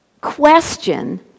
question